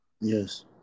Yes